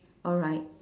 alright